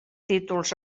títols